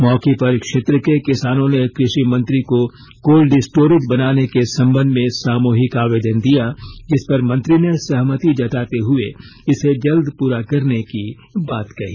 मौके पर क्षेत्र के किसानों ने कृषि मंत्री को कोल्ड स्टोरेज बनाने के संबंध में सामूहिक आवेदन दिया जिस पर मंत्री ने सहमति जताते हुए इसे जल्द पूरा करने की बात कही